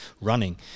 running